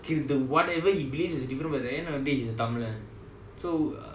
okay the whatever he believes is different but at the end of the day he's a Tamilan so err